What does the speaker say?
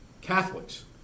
Catholics